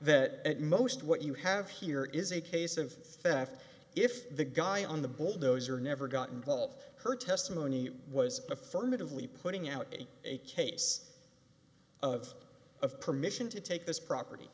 that at most what you have here is a case of theft if the guy on the bulldozer never got involved her testimony was affirmatively putting out a case of of permission to take this property